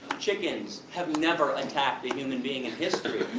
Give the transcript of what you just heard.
chickens have never attacked a human being in history.